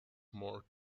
more